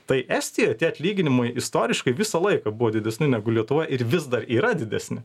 tai estijoj tie atlyginimai istoriškai visą laiką buvo didesni negu lietuvoj ir vis dar yra didesni